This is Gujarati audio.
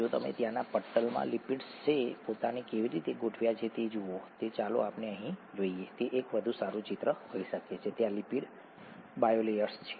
જો તમે ત્યાંના પટલમાં લિપિડ્સે પોતાને કેવી રીતે ગોઠવ્યા છે તે જુઓ તો ચાલો આપણે અહીં જઈએ તે એક વધુ સારું ચિત્ર હોઈ શકે છે ત્યાં લિપિડ બાયલેયર્સ છે